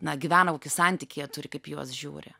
na gyvena kokį santykį jie turi kaip į juos žiūri